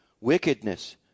wickedness